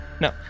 No